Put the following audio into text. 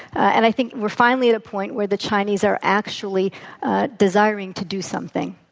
and i think we're finally at a point where the chinese are actually desiring to do something.